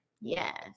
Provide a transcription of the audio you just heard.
Yes